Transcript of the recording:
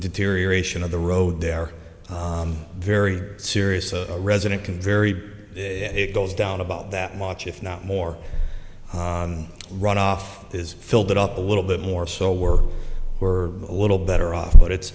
deterioration of the road they're very serious a resident can vary it goes down about that much if not more runoff is filled it up a little bit more so we're we're a little better off but